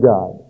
God